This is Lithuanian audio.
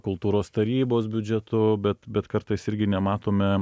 kultūros tarybos biudžetu bet bet kartais irgi nematome